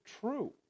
true